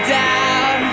down